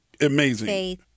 Amazing